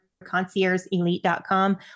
conciergeelite.com